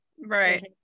right